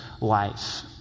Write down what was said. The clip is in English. life